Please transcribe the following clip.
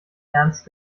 ernst